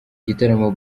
igitaramo